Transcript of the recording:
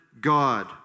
God